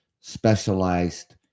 specialized